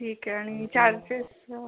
ठीक आहे आणि चार्जेस